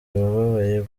abababaye